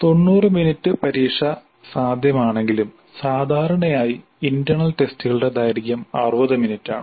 90 minute പരീക്ഷ സാധ്യമാണെങ്കിലും സാധാരണയായി ഇന്റെർണൽ ടെസ്റ്റുകളുടെ ദൈർഘ്യം 60 മിനിറ്റാണ്